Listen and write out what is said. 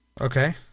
Okay